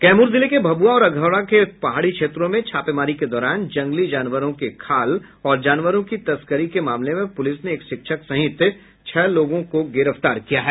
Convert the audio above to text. कैमूर जिले के भभुआ और अधौरा के पहाड़ी क्षेत्रों में छापेमारी के दौरान जंगली जानवरों के खाल और जानवरों की तस्करी के मामले में पुलिस ने एक शिक्षक सहित छह लोगों को गिरफ्तार किया है